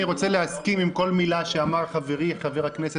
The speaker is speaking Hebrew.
אני רוצה להסכים עם כל מילה שאמר חברי חבר הכנסת